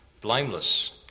blameless